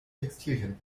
textilien